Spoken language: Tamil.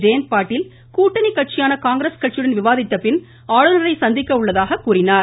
ஜெயந்த் பாட்டில் கூட்டணி கட்சியான காங்கிரஸ் கட்சியுடன் விவாதித்த பின் ஆளுநரை சந்திக்க உள்ளதாக கூறினார்